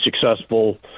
successful